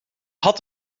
had